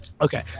Okay